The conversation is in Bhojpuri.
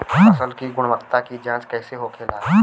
फसल की गुणवत्ता की जांच कैसे होखेला?